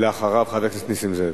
ואחריו, חבר הכנסת נסים זאב.